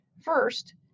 First